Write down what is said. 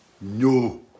No